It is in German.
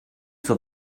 zur